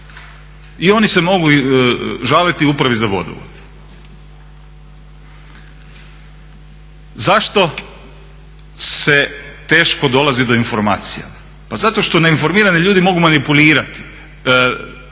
I oni se mogu žaliti upravi za vodovod. Zašto se teško dolazi do informacija? Pa zato što neinformirani ljudi mogu manipulirati, neinformiranim